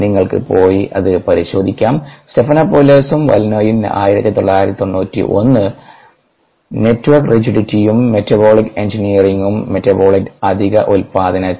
നിങ്ങൾക്ക് പോയി ഇത് പരിശോധിക്കാം സ്റ്റെഫനോപോലോസും വല്ലിനോയും 1991 നെറ്റ്വർക്ക് റീജിഡിറ്റിയും മെറ്റബോളിക് എഞ്ചിനീയറിംഗും മെറ്റബോളൈറ്റ് അധിക ഉൽപാദനത്തിൽ